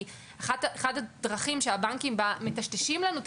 כי אחד הדרכים שהבנקים מטשטשים לנו את